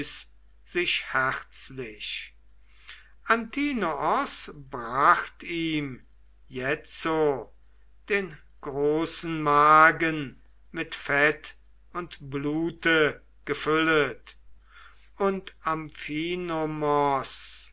sich herzlich antinoos bracht ihm jetzo den großen magen mit fett und blute gefüllet und amphinomos